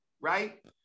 right